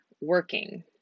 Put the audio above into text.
working